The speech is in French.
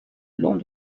long